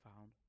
found